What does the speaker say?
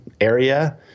area